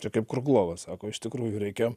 čia kaip kruglovas sako iš tikrųjų reikia